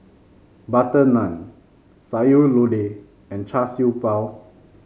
butter naan Sayur Lodeh and Char Siew Bao